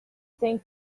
think